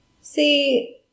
See